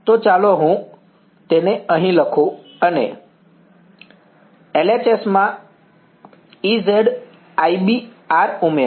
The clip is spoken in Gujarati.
તો ચાલો હું તેને અહીં લખું અને LHS માં Ez iB ઉમેરો